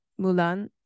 Mulan